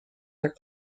their